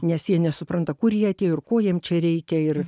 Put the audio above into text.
nes jie nesupranta kur jie atėjo ir ko jiem čia reikia ir